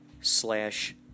slash